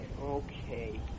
Okay